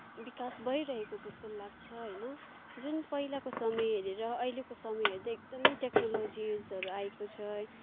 विकास भइरहेको जस्तो पनि लाग्छ होइन जुन पहिलाको समय हेरेर अहिलेको समय हेर्दा एकदमै टेक्नोलजिसहरू आएको छ